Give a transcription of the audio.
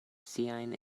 siajn